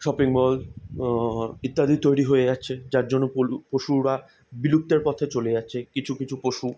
shopping mall ইত্যাদি তৈরি হয়ে যাচ্ছে যার জন্য পশুরা বিলুপ্তির পথে চলে যাচ্ছে কিছু কিছু পশু